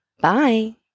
Bye